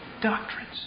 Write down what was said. doctrines